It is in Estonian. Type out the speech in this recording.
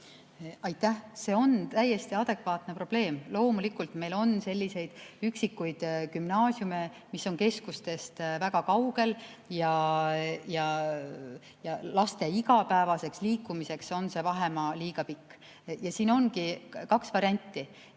Aitäh! See on täiesti adekvaatne probleem. Loomulikult, meil on selliseid üksikuid gümnaasiume, mis on keskustest väga kaugel, ja laste igapäevaseks liikumiseks on see vahemaa liiga pikk. Siin ongi kaks varianti.